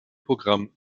programm